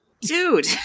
Dude